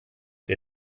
der